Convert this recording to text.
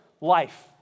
life